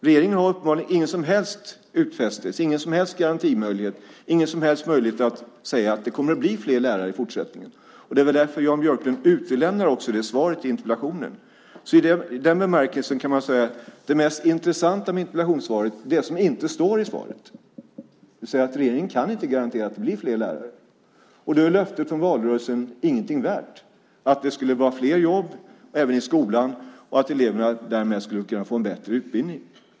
Regeringen har uppenbarligen ingen som helst utfästelse, garantimöjlighet eller möjlighet att säga att det kommer att bli fler lärare i fortsättningen. Det är väl därför Jan Björklund utelämnar det i interpellationssvaret. Det mest intressanta med interpellationssvaret är det som inte står i svaret, det vill säga att regeringen inte kan garantera att det blir fler lärare. Då är löftet från valrörelsen att det skulle bli fler jobb även i skolan och att eleverna därmed skulle få en bättre utbildning ingenting värt.